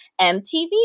MTV